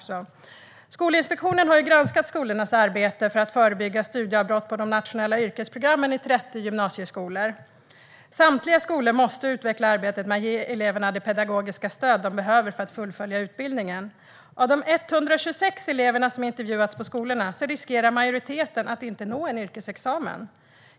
Skolinspektionen har granskat skolornas arbete för att förebygga studieavbrott på de nationella yrkesprogrammen i 30 gymnasieskolor. Samtliga skolor måste utveckla arbetet med att ge eleverna det pedagogiska stöd de behöver för att fullfölja utbildningen. Av de 126 elever som intervjuats på skolorna riskerar majoriteten att inte nå en yrkesexamen.